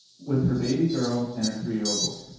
with her baby girl and her three-year-old boy.